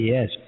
Yes